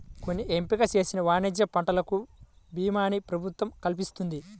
కొన్ని ఎంపిక చేసిన వాణిజ్య పంటలకు భీమాని ప్రభుత్వం కల్పిస్తున్నది